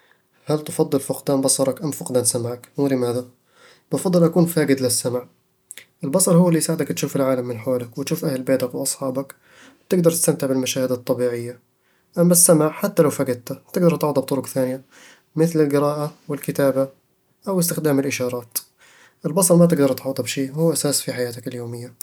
هل تفضل فقدان بصرك أم فقدان سمعك؟ ولماذا؟ بفضّل أكون فاقد للسمع البصر هو اللي يساعدك تشوف العالم من حولك، وتشوف أهل بيتك وأصحابك، وتقدر تستمتع بالمشاهد الطبيعية، أما السمع، حتى لو فقدته، تقدر تعوّضه بطرق ثانية، مثل القراءة و الكتابة أو استخدام الإشارات البصر ما تقدر تعوّضه بشي، هو أساس في حياتك اليومية